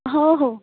हो हो